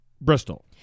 Bristol